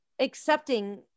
accepting